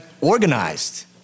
organized